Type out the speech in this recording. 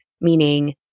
meaning